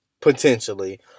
potentially